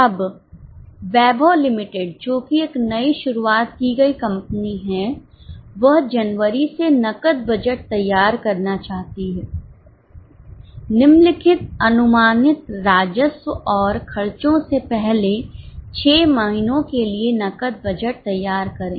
अब वैभव लिमिटेड जो कि एक नई शुरुआत की गई कंपनी है वह जनवरी से नकद बजट तैयार करना चाहती है निम्नलिखित अनुमानित राजस्व और खर्चों से पहले 6 महीनों के लिए नकद बजट तैयार करें